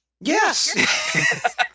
yes